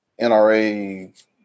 NRA